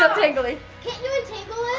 ah tangley. can't you untangle